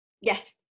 Yes